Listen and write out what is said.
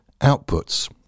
outputs